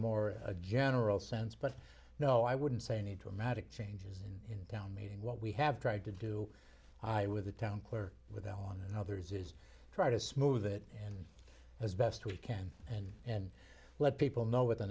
more a general sense but no i wouldn't say need to a magic changes in town meeting what we have tried to do i with the town clerk with allen and others is try to smooth it and as best we can and and let people know what the